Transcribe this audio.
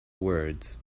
words